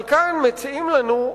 אבל כאן מציעים לנו,